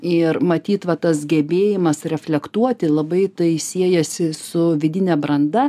ir matyt va tas gebėjimas reflektuoti labai tai siejasi su vidine branda